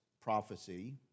prophecy